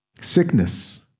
sickness